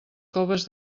coves